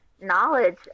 knowledge